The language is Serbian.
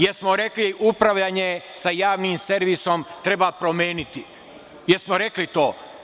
Jel smo rekli, upravljanje sa javnim servisom treba promeniti, jesmo rekli to?